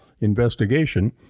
investigation